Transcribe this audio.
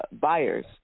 buyers